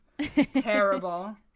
Terrible